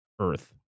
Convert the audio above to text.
Earth